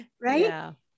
Right